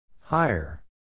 Higher